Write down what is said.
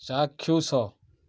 ଚାକ୍ଷୁସ